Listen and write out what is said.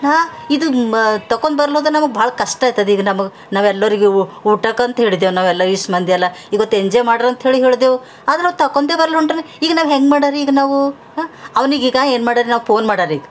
ಹಾಂ ಇದು ತಗೊಂದ್ ಬರಲ್ಲ ಹೋದರೆ ನಮಗೆ ಭಾಳ ಕಷ್ಟ ಐತದೀಗ ನಮಗೆ ನಾವೆಲ್ಲರಿಗೂ ಊಟಕ್ಕಂತ ಹೇಳಿದ್ದೆವ್ ನಾವೆಲ್ಲ ಈಸ್ಮಂದಿಯೆಲ್ಲ ಇವತ್ತು ಎಂಜಾಯ್ ಮಾಡ್ರಂಥೇಳಿ ಹೇಳಿದ್ದೆವ್ ಆದರೆ ಅವ ತಗೊಂದೆ ಬರಲ್ಲ ಹೊಂಟಾನ ಈಗ ನಾವು ಹೆಂಗೆ ಮಾಡರೀ ಈಗ ನಾವೂ ಅವನಿಗೀಗ ಏನು ಮಾಡೋರ್ ನಾವು ಪೋನ್ ಮಾಡೋರೀಗ